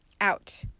out